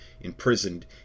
imprisoned